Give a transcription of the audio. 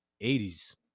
80s